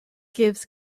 gives